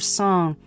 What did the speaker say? song